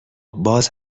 باز